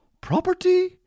Property